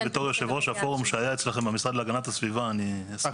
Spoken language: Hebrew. להסתובב שבע פעמים סביב חומות יריחו לפני